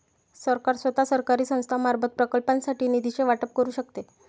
सरकार स्वतः, सरकारी संस्थांमार्फत, प्रकल्पांसाठी निधीचे वाटप करू शकते